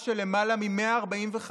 שלו,